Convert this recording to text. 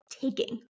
taking